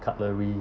cutlerie~